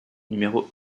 numéro